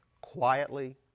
quietly